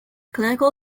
clinical